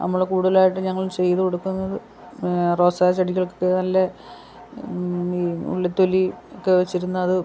നമ്മൾ കൂടുലായിട്ട് ഞങ്ങൾ ചെയ്ത് കൊടുക്കുന്നത് റോസാ ചെടികൾക്കൊക്കെ നല്ല ഉള്ളിത്തൊലി ഒക്കെ വെച്ചിരുന്നത്